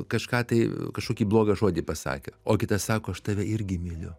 kažką tai kažkokį blogą žodį pasakė o kitas sako aš tave irgi myliu